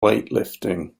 weightlifting